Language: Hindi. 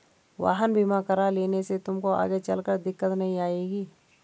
वाहन बीमा करा लेने से तुमको आगे चलकर दिक्कत नहीं आएगी